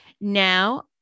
Now